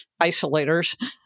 isolators